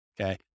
Okay